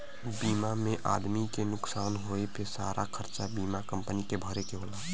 बीमा में आदमी के नुकसान होए पे सारा खरचा बीमा कम्पनी के भरे के होला